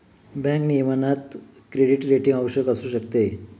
bank नियमनात credit rating आवश्यक असू शकते